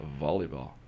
volleyball